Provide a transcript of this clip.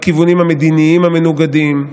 בכיוונים המדיניים המנוגדים,